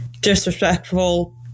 disrespectful